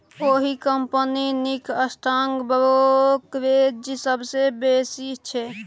ओहि कंपनीक stock brokerage सबसँ बेसी छै